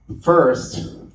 First